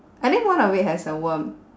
I think one of it has a worm